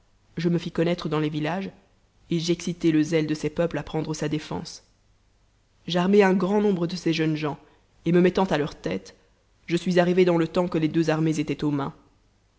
je me us connaître dans les villages et j'excitai le zèle de ses peuples à prendre sa défense j'armai un grand nombre de ces jeunes gens et me mettant à leur tête je suis arrivé dans le temps que tes deux armées étaient aux mains